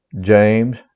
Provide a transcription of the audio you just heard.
James